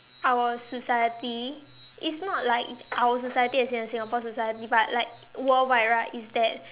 our society it's not like it's our society as in the Singapore society but like worldwide right is that